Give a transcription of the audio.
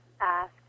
ask